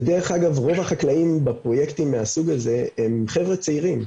ודרך אגב רוב החקלאים בפרוייקטים מהסוג הזה הם חבר'ה צעירים.